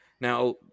Now